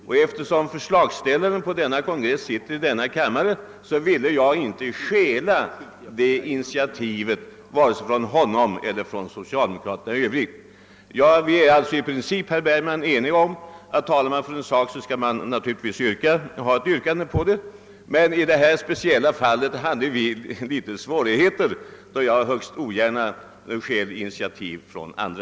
Och eftersom förslagsställaren på den kongressen sitter i denna kammare ville jag inte stjäla det initiativet vare sig från honom eller från socialdemokraterna i övrigt. Jag är alltså i princip enig med herr Bergman om att talar man för en sak så skall man naturligtvis ha ett yrkande i enlighet härmed. Men i detta speciella fall hade vi litet svårt att ställa ett sådant yrkande, då jag som sagt högst ogärna stjäl initiativ från andra.